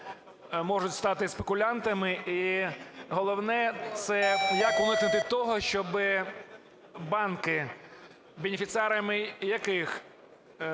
можуть стати спекулянтами. І головне – це як уникнути того, щоби банки, бенефіціарами яких